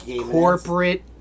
corporate